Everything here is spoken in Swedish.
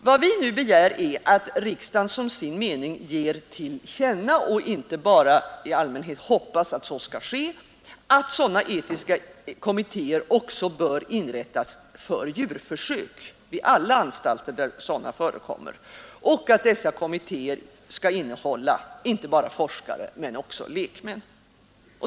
Vad vi nu begär är att riksdagen som sin mening ger till känna — och inte bara i allmänhet hoppas att så skall ske — att etiska kommittéer också skall inrättas för djurförsök vid alla anstalter där sådana förekommer och att dessa kommittéer skall innehålla inte bara forskare utan också lekmän.